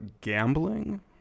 gambling